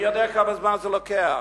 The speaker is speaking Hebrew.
אני יודע כמה זמן זה לוקח,